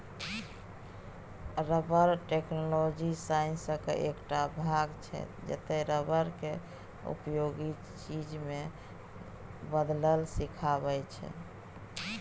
rubber technology साइंसक एकटा भाग छै जतय रबर केँ उपयोगी चीज मे बदलब सीखाबै छै